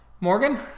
morgan